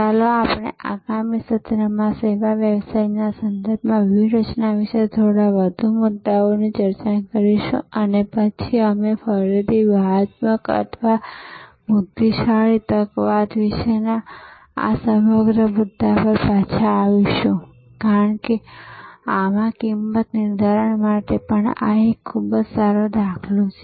ચાલો આપણે આગામી સત્રમાં સેવા વ્યવસાયના સંદર્ભમાં વ્યૂહરચના વિશે થોડા વધુ મુદ્દાઓની ચર્ચા કરીએ અને પછી અમે ફરીથી વ્યૂહાત્મક અથવા બુદ્ધિશાળી તકવાદ વિશેના આ સમગ્ર મુદ્દા પર પાછા આવીશું કારણ કે આમાં કિંમત નિર્ધારણ માટે પણ આ એક ખૂબ જ સારો દાખલો છે